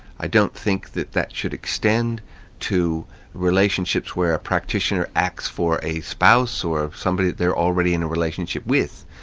i don't think that that should extend to relationships where a practitioner acts for a spouse or somebody that they're already in a relationship with,